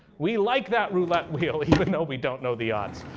we like that roulette wheel even though we don't know the odds.